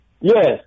Yes